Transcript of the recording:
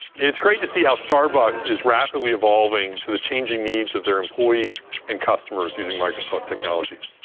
it's great to see how starbucks is rapidly evolving to the changing needs of their employees and customers using microsoft technologies.